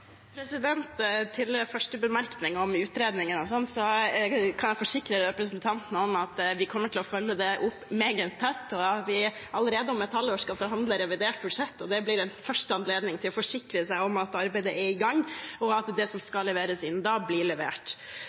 Til den første bemerkningen om utredninger kan jeg forsikre representanten om at vi kommer til å følge det opp meget tett, og allerede om et halvt år skal vi forhandle revidert budsjett. Det blir en første anledning til å forsikre seg om at arbeidet er i gang, og at det som skal leveres inn, da blir levert.